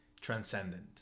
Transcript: transcendent